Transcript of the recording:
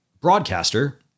broadcaster